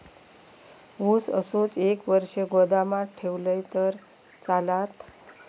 ऊस असोच एक वर्ष गोदामात ठेवलंय तर चालात?